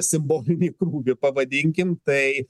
simbolinį krūvį pavadinkime tai